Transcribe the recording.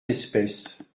d’espèce